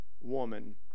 woman